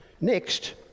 Next